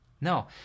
No